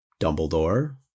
Dumbledore